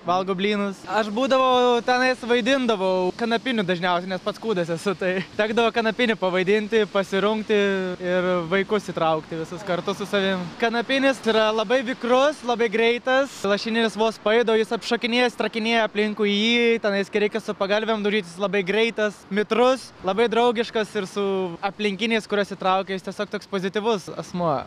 valgo blynus aš būdavau tenais vaidindavau kanapiniu dažniausiai nes pats kūdas esu tai tekdavo kanapinį pavaidinti pasirungti ir vaikus įtraukti visus kartu su savim kanapinis yra labai vikrus labai greitas lašininis vos pajuda o jis apšokinėja strakinėja aplinkui jį tenais kai reikia su pagalvėm daužyt jis labai greitas mitrus labai draugiškas ir su aplinkiniais kuriuos įtraukia jis tiesiog toks pozityvus asmuo